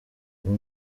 uyu